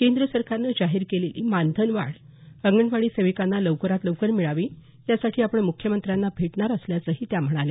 केंद्र सरकारनं जाहीर केलेली मानधन वाढ अंगणवाडी सेविकांना लवकरात लवकर मिळावी यासाठी आपण मुख्यमंत्र्यांना भेटणार असल्याचंही त्या म्हणाल्या